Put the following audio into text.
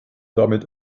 damit